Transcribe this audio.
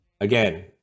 Again